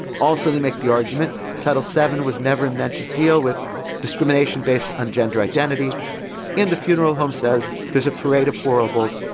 also they make the argument title seven was never meant to deal with discrimination discrimination based on gender identity in the funeral home says there's a parade of horribles.